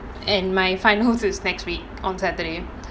and my final is next week on saturday